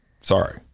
Sorry